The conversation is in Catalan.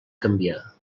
canviar